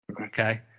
okay